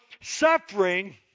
suffering